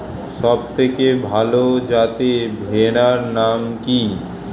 সবথেকে ভালো যাতে ভেড়ার নাম কি?